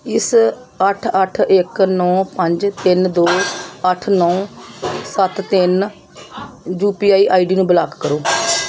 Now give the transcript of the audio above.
ਇਸ ਅੱਠ ਅੱਠ ਇੱਕ ਨੌਂ ਪੰਜ ਤਿੰਨ ਦੋ ਅੱਠ ਨੌਂ ਸੱਤ ਤਿੰਨ U P I I D ਨੂੰ ਬਲਾਕ ਕਰੋ